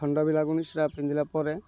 ଥଣ୍ଡାବିି ଲାଗୁନି ସେଇଟା ପିନ୍ଧିଲା ପରେ